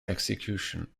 execution